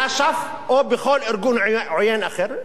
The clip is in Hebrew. באש"ף או בכל ארגון עוין אחר.